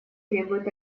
требуют